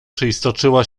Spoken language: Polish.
przeistoczyła